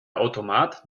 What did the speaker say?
automat